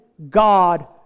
God